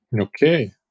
Okay